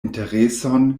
intereson